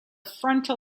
frontal